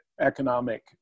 economic